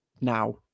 now